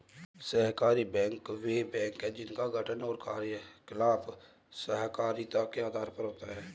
सहकारी बैंक वे बैंक हैं जिनका गठन और कार्यकलाप सहकारिता के आधार पर होता है